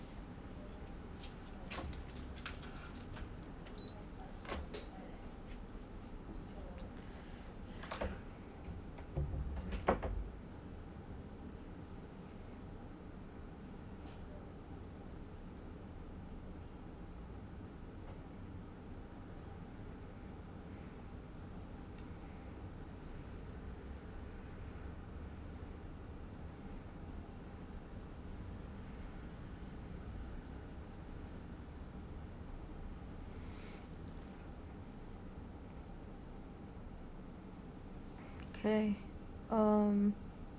okay um